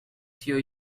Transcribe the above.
few